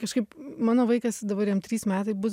kažkaip mano vaikas dabar jam trys metai bus